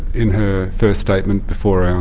in her first statement before our,